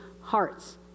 hearts